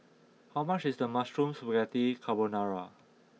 how much is Mushroom Spaghetti Carbonara